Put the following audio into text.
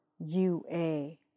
U-A